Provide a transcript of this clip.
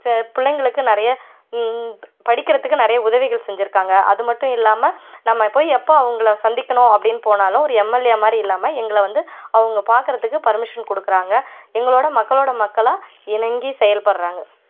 ச பிள்ளைங்களுக்கு நிறைய படிக்கறத்துக்கு நிறைய உதவிகள் செஞ்சுருக்காங்க அது மட்டும் இல்லாமல் நம்ம போகி எப்போ அவங்கள சந்திக்கணும் அப்படின்னு போனாலும் ஒரு எம்எல்ஏ மாதிரி இல்லாமல் எங்களை வந்து அவங்க பார்க்கறத்துக்கு பெர்மிஷன் கொடுக்குறாங்க எங்களோடய மக்களோடு மக்களா இணங்கி செயல்படிறாங்க